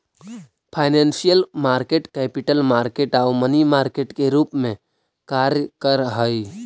financial market capital market आउ money market के रूप में कार्य करऽ हइ